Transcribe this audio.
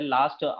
Last